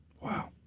Wow